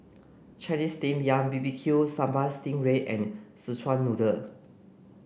Chinese steamed yam B B Q sambal sting ray and Szechuan noodle